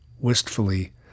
Wistfully